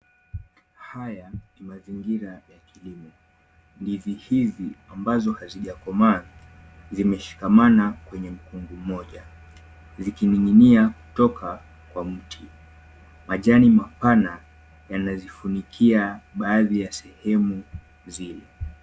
Haya ni mazingira ya kilimo. Ndizi hizi ambazo hazijakomaa zimeshikamana kwenye mkungu moja zikining'inia kutoka kwa mti. Majani mapana yanazifunikia baadhi ya sehemu zile.